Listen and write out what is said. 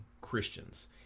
Christians